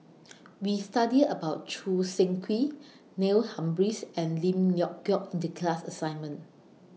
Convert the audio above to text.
We studied about Choo Seng Quee Neil Humphreys and Lim Leong Geok in The class assignment